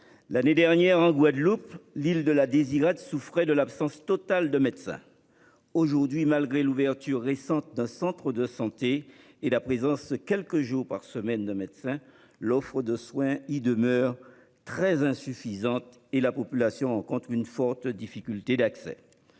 l'année dernière, en Guadeloupe, l'île de la Désirade souffrait d'une absence totale de médecin. Aujourd'hui, malgré l'ouverture récente d'un centre de santé, et la présence quelques jours par semaine d'un médecin, l'offre de soins y demeure très insuffisante et la population rencontre une forte difficulté d'accès